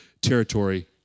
territory